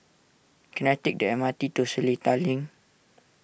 can I take the M R T to Seletar Link